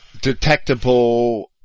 detectable